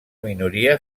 minoria